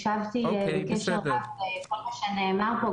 הקשבתי בקשב רב לכל מה שנאמר פה.